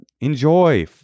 Enjoy